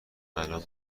الان